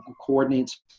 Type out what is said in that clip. coordinates